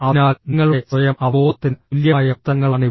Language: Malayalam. അതിനാൽ നിങ്ങളുടെ സ്വയം അവബോധത്തിന് തുല്യമായ ഉത്തരങ്ങളാണിവ